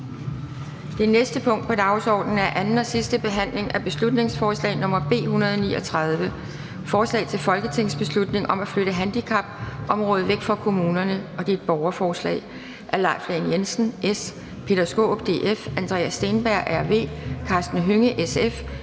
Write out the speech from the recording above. Det næste punkt på dagsordenen er: 41) 2. (sidste) behandling af beslutningsforslag nr. B 139: Forslag til folketingsbeslutning om at flytte handicapområdet væk fra kommunerne (borgerforslag). Af Leif Lahn Jensen (S), Peter Skaarup (DF), Andreas Steenberg (RV), Karsten Hønge